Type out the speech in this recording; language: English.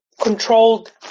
controlled